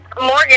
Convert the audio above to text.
Morgan